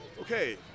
okay